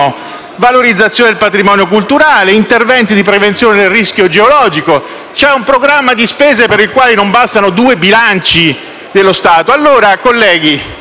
valorizzazione del patrimonio culturale, interventi di prevenzione del rischio geologico. La risoluzione prevede un programma di spese per le quali non basterebbero due bilanci dello Stato.